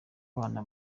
bana